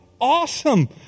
awesome